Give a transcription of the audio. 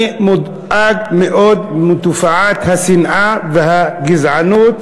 אני מודאג מאוד מתופעת השנאה והגזענות